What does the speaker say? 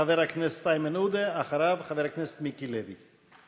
חבר הכנסת איימן עודה, אחריו, חבר הכנסת מיקי לוי.